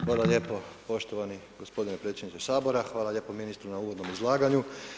Hvala lijepo poštovani gospodine predsjedniče Sabora, hvala lijepa ministru na uvodnom izlaganju.